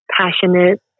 passionate